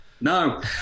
no